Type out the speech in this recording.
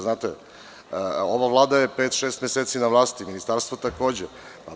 Znate, ova vlada je pet-šest meseci na vlasti, ministarstvo takođe.